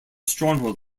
stronghold